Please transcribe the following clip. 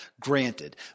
granted